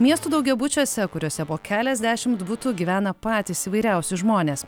miestų daugiabučiuose kuriuose po keliasdešimt butų gyvena patys įvairiausi žmonės